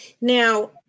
Now